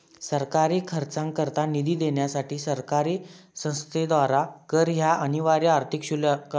सरकारी खर्चाकरता निधी देण्यासाठी सरकारी संस्थेद्वारा कर ह्या अनिवार्य आर्थिक शुल्क असा